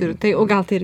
ir tai o gal tai ir